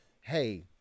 Hey